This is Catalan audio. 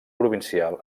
provincial